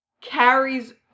carries